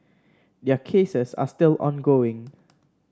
their cases are still ongoing